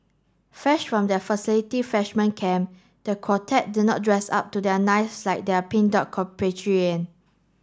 fresh from their facility freshman camp the quartet did not dress up to their nines like their Pink Dot compatriot